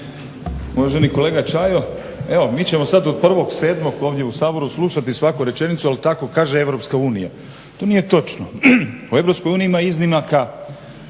Uvaženi kolega Čajo, evo mi ćemo sada od 1.7.ovdje u Saboru slušati svaku rečenicu ali tako kaže EU. To nije točno. U EU ima iznimaka,